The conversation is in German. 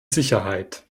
sicherheit